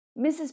Mrs